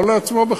לא לעצמו בכלל,